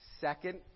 second